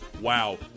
wow